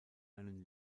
einen